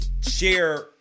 share